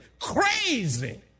Crazy